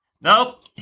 Nope